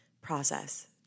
process